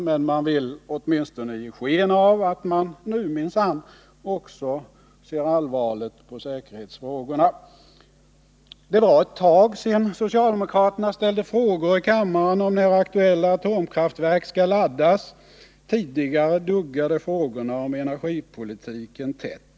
Men man vill åtminstone ge sken av att man nu minsann också ser allvarligt på säkerhetsfrågorna. Det var ett tag sedan socialdemokraterna ställde frågor i kammaren om när de aktuella atomkraftverken skall laddas. Tidigare duggade frågorna om energipolitiken tätt.